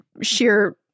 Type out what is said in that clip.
sheer